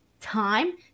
time